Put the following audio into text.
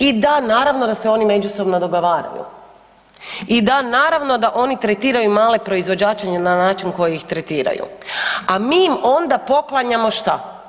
I da, naravno da se oni međusobno dogovaraju i da, naravno da oni tretiraju male proizvođače na način na koji ih tretiraju, a mi im onda poklanjamo šta?